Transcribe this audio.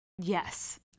Yes